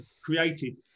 created